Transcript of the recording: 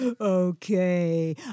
Okay